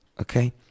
Okay